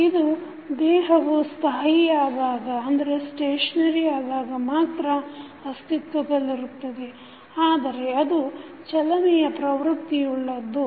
ಇದು ದೇಹವು ಸ್ಥಾಯಿಯಾದಾಗ ಮಾತ್ರ ಅಸ್ತಿತ್ವದಲ್ಲಿರುತ್ತದೆ ಆದರೆ ಅದು ಚಲನೆಯ ಪ್ರವೃತ್ತಿಯುಳ್ಳದ್ದು